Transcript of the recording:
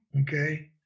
Okay